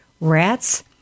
rats